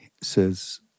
says